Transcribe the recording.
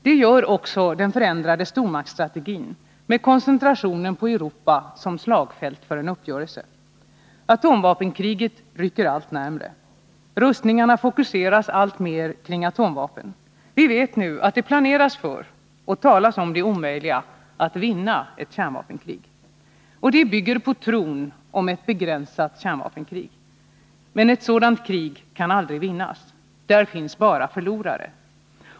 Det gör också den förändrade stormaktsstrategin med koncentrationen på Europa som slagfält för en uppgörelse. Atomvapenkriget rycker allt närmare. Rustningarna fokuseras alltmer kring atomvapen. Vi vet nu att det planeras för och talas om det omöjliga: att vinna ett kärnvapenkrig. Detta bygger på tron om ett begränsat kärnvapenkrig. Men ett sådant krig kan aldrig vinnas. Där finns bara förlorare.